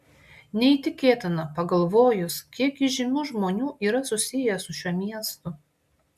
neįtikėtina pagalvojus kiek įžymių žmonių yra susiję su šiuo miestu